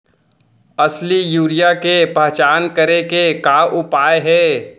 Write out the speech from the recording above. असली यूरिया के पहचान करे के का उपाय हे?